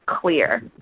clear